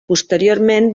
posteriorment